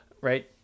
Right